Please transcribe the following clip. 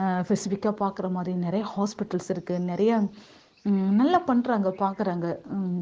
ஸ்பெசிபிக்காக பார்க்குற மாதிரி நிறையா ஹாஸ்பிடல்ஸ் இருக்குது நிறையா நல்லா பண்றாங்க பார்க்குறாங்க